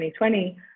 2020